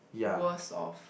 worse off